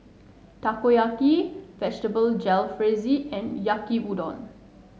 Takoyaki Vegetable Jalfrezi and Yaki Udon